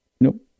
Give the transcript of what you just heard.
Nope